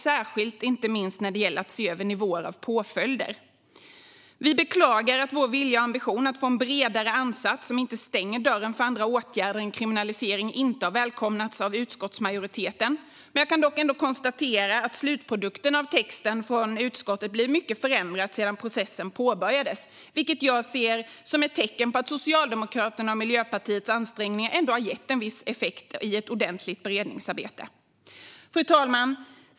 Särskilt gäller det att se över påföljdsnivåer. Vi beklagar att vår vilja och ambition att få en bredare ansats som inte stänger dörren för andra åtgärder än kriminalisering inte har välkomnats av utskottsmajoriteten. Jag kan dock konstatera att i slutprodukten, texten från utskottet, har mycket blivit förändrat sedan processen påbörjades, vilket jag ser som ett tecken på att Socialdemokraternas och Miljöpartiets ansträngningar ändå gett viss effekt i ett ordentligt beredningsarbete. Fru talman!